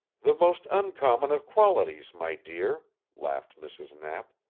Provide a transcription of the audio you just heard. the most uncommon of qualities, my dear, laughed mrs. knapp.